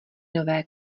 nové